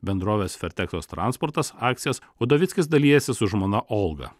bendrovės ferteksos transportas akcijas udovickis dalijasi su žmona olga